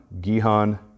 gihon